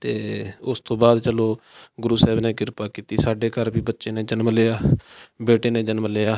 ਅਤੇ ਉਸ ਤੋਂ ਬਾਅਦ ਚਲੋ ਗੁਰੂ ਸਾਹਿਬ ਨੇ ਕਿਰਪਾ ਕੀਤੀ ਸਾਡੇ ਘਰ ਵੀ ਬੱਚੇ ਨੇ ਜਨਮ ਲਿਆ ਬੇਟੇ ਨੇ ਜਨਮ ਲਿਆ